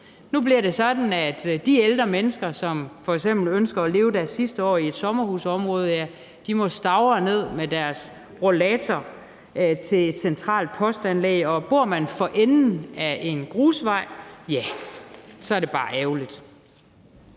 Nu bliver det sådan, at de ældre mennesker, som f.eks. ønsker at leve deres sidste år i et sommerhusområde, må stavre ned med deres rollator til et centralt postanlæg. Og bor man for enden af en grusvej, er det bare ærgerligt.